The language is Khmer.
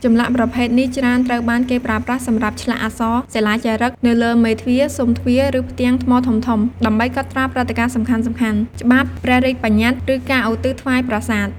ចម្លាក់ប្រភេទនេះច្រើនត្រូវបានគេប្រើប្រាស់សម្រាប់ឆ្លាក់អក្សរសិលាចារឹកនៅលើមេទ្វារ ស៊ុមទ្វារ ឬផ្ទាំងថ្មធំៗ ដើម្បីកត់ត្រាព្រឹត្តិការណ៍សំខាន់ៗ ច្បាប់ ព្រះរាជបញ្ញត្តិ ឬការឧទ្ទិសថ្វាយប្រាសាទ។